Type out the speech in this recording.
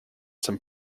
some